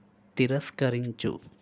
తిరస్కరించు